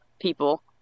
people